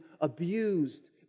abused